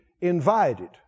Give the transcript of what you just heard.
invited